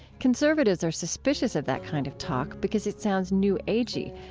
conservatives are suspicious of that kind of talk because it sounds new age-y,